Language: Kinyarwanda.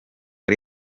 ari